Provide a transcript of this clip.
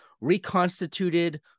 Reconstituted